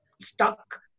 Stuck